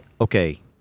okay